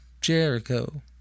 Jericho